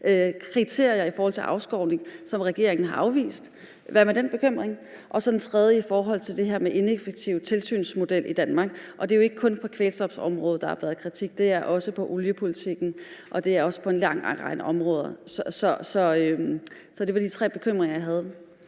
præcis i forhold til afskovning, som regeringen har afvist. Hvad med den bekymring? Og den tredje bekymring er i forhold til det her med den ineffektive tilsynsmodel i Danmark. Og det er jo ikke kun på kvælstofområdet, der er blevet rejst kritik, det er også i forhold til oliepolitikken og i forhold til en lang række områder. Det var de tre bekymringer, jeg havde.